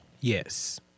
Yes